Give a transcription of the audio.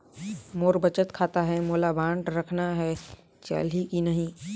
मोर बचत खाता है मोला बांड रखना है चलही की नहीं?